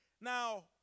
Now